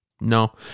No